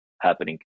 happening